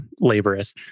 laborious